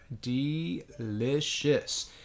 delicious